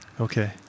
Okay